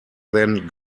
than